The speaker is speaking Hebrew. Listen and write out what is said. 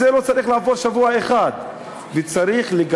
זה, לא צריך לעבור שבוע אחד.